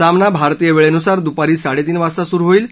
सामना भारतीय वेळेनुसार दुपारी साडेतीन वाजता सुरु होईल